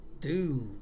dude